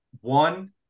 One